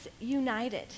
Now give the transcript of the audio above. united